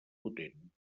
potent